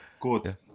Good